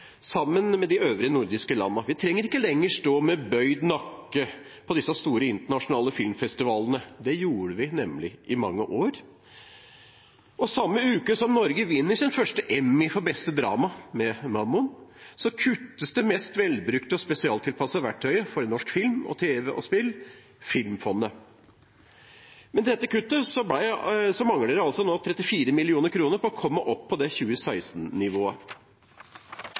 sammen med de øvrige nordiske landene. Vi trenger ikke lenger stå med bøyd nakke på disse store internasjonale filmfestivalene – det gjorde vi nemlig i mange år. Samme uke som Norge vinner sin første Emmy for beste drama med Mammon, kuttes det mest velbrukte og spesialtilpassede verktøyet for norsk film, TV og spill – Filmfondet. Med dette kuttet mangler det nå 34 mill. kr for å komme opp på 2016-nivået. Budsjettforslaget til regjeringen festet nivået for norsk film til én storfilm mindre hvert år. Det